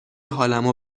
حالمو